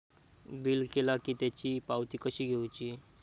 Bill केला की त्याची पावती कशी घेऊची?